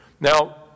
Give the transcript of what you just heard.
Now